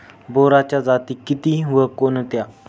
बोराच्या जाती किती व कोणत्या?